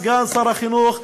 סגן שר החינוך,